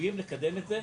שחייבים לקדם את זה.